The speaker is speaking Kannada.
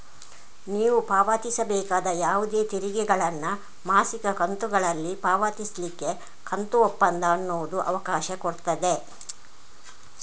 ನೀವು ಪಾವತಿಸಬೇಕಾದ ಯಾವುದೇ ತೆರಿಗೆಗಳನ್ನ ಮಾಸಿಕ ಕಂತುಗಳಲ್ಲಿ ಪಾವತಿಸ್ಲಿಕ್ಕೆ ಕಂತು ಒಪ್ಪಂದ ಅನ್ನುದು ಅವಕಾಶ ಕೊಡ್ತದೆ